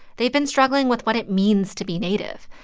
they've been struggling with what it means to be native.